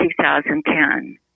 2010